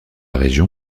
région